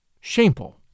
Shameful